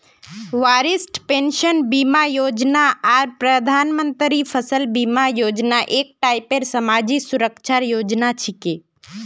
वरिष्ठ पेंशन बीमा योजना आर प्रधानमंत्री फसल बीमा योजना एक टाइपेर समाजी सुरक्षार योजना छिके